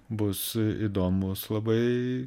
bus įdomus labai